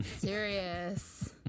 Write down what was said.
serious